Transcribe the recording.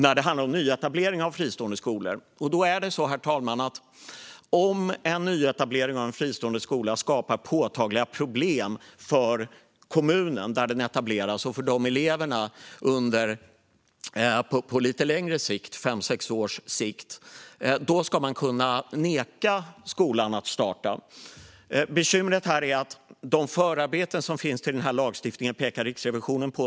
Om en nyetablering av en fristående skola kommer att skapa påtagliga problem på lite längre sikt, fem sex år, för kommunen och eleverna där den ska etableras ska man kunna neka skolan att starta. Riksrevisionen pekar på ett bekymmer med förarbetena till lagstiftningen.